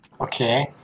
okay